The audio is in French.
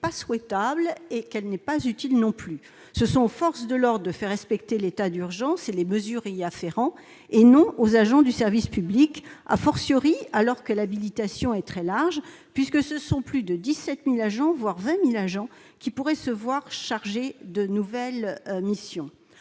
ni souhaitable ni utile. C'est aux forces de l'ordre de faire respecter l'état d'urgence et les mesures y afférentes et non aux agents du service public, alors que l'habilitation est très large. Ainsi, ce sont plus de 17 000, voire 20 000 agents, qui pourraient se voir chargés de nouvelles missions.